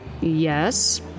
yes